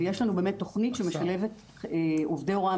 ויש לנו באמת תוכנית שמשלבת עובדי הוראה